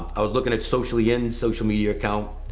i was looking at social yen social media account.